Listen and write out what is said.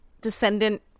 descendant